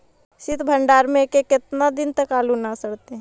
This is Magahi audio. सित भंडार में के केतना दिन तक आलू न सड़तै?